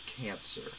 cancer